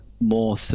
more